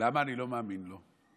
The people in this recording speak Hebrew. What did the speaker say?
למה אני לא מאמין לו?